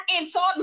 insult